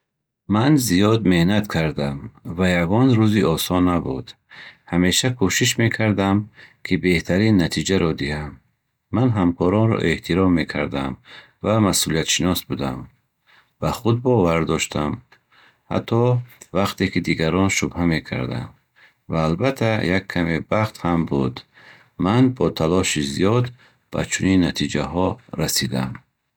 Ман зиёд меҳнат кардам ва ягон рӯзи осон набуд. Ҳамеша кӯшиш мекардам, ки беҳтарин натиҷаро диҳам. Ман ҳамкоронро эҳтиром мекардам ва масъулиятшинос будам. Ба худ бовар доштам, ҳатто вақте ки дигарон шубҳа мекарданд. Ва албатта, як каме бахт ҳам буд. Ман бо талоши зиёд ба чунин натиҷаҳо расидам.